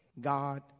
God